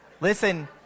Listen